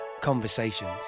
conversations